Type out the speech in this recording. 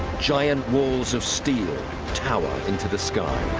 giant walls of steel tower into the sky.